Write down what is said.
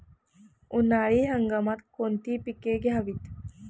उन्हाळी हंगामात कोणती पिके घ्यावीत?